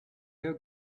your